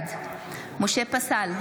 בעד משה פסל,